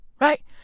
Right